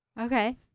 Okay